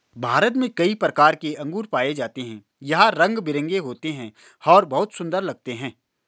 भारत में कई प्रकार के अंगूर पाए जाते हैं यह रंग बिरंगे होते हैं और बहुत सुंदर लगते हैं